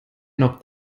noch